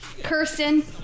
Kirsten